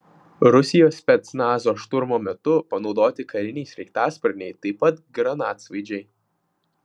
rusijos specnazo šturmo metu panaudoti kariniai sraigtasparniai taip pat granatsvaidžiai